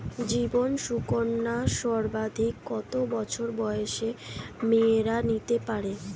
জীবন সুকন্যা সর্বাধিক কত বছর বয়সের মেয়েরা নিতে পারে?